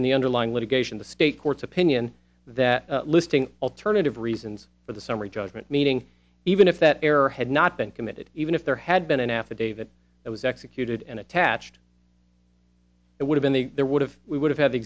in the underlying litigation the state court's opinion that listing alternative reasons for the summary judgment meaning even if that error had not been committed even if there had been an affidavit that was executed and attached it would have in the there would have we would have had the